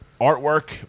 Artwork